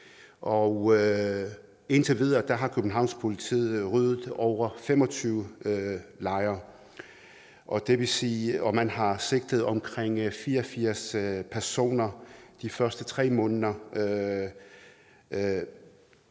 Indtil videre har Københavns Politi ryddet over 25 lejre, og man har sigtet omkring 84 personer de første 3 måneder.